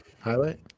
Highlight